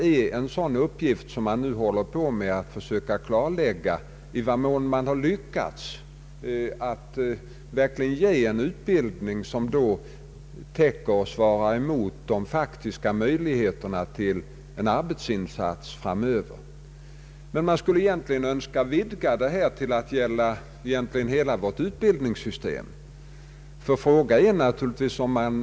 I vad mån man har lyckats att verkligen ge en utbildning som svarar mot de faktiska möjligheterna till en arbetsinsats framöver är en sak som man nu försöker klarlägga inom forskningen. Egentligen skulle man vilja utvidga herr Kaijsers fråga till att gälla hela vårt utbildningssystem.